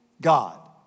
God